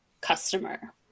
customer